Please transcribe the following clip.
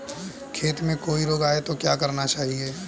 खेत में कोई रोग आये तो क्या करना चाहिए?